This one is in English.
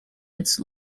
its